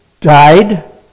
died